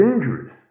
dangerous